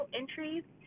entries